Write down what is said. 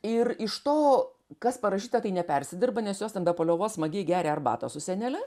ir iš to kas parašyta tai nepersidirba nes jos ten be paliovos smagiai geria arbatą su senele